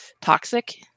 toxic